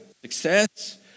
success